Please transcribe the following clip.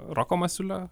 roko masiulio